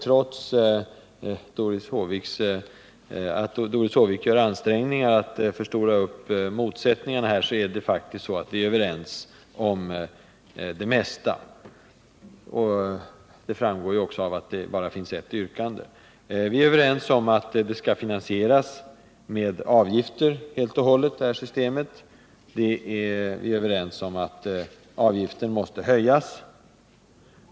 Trots att Doris Håvik gör ansträngningar för att förstora motsättningarna, är vi faktiskt överens om det mesta. Det framgår också av att det bara finns ett yrkande. Vi är överens om att systemet helt och hållet skall finansieras med avgifter. Vi är överens om att avgiften måste höjas.